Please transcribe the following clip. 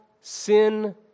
sin